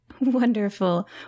Wonderful